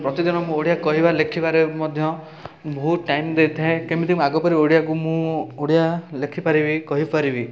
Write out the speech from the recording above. ପ୍ରତିଦିନ ମୁଁ ଓଡ଼ିଆ କହିବା ଲେଖିବାରେ ମଧ୍ୟ ବହୁତ ଟାଇମ୍ ଦେଇଥାଏ କେମିତି ଆଗପରି ଓଡ଼ିଆକୁ ମୁଁ ଓଡ଼ିଆ ଲେଖିପାରିବି କହିପାରିବି